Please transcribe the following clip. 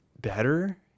better